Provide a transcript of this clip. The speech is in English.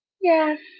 Yes